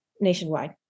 nationwide